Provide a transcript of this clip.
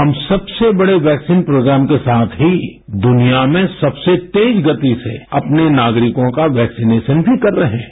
हम सबसे बड़े वैक्सीन प्रोग्राम के साथ ही दुनिया में सबसे तेज गति से अपने नागरिकों का वैक्सीनेश भी कर रहे हैं